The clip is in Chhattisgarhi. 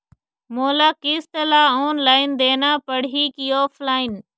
मोला किस्त ला ऑनलाइन देना पड़ही की ऑफलाइन?